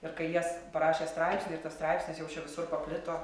ir kai jies parašė straipsnį ir tas straipsnis jau čia visur paplito